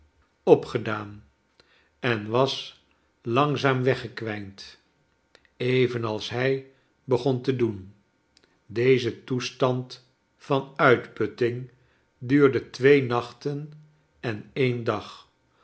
opgedaan en was langzaam weggekwijnd evenals hij begon te doen deze toestand van uitputting duurde twee nachten en een dag